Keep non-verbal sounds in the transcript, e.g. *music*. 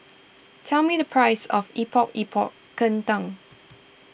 tell me the price of Epok Epok Kentang *noise*